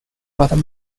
but